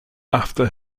after